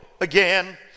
again